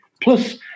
Plus